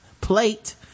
plate